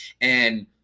And-